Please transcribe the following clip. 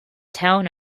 town